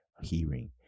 hearing